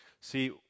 See